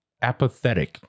apathetic